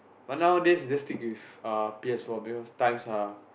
but nowadays I just stick with uh p_s-four because times are